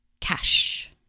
cash